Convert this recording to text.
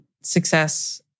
success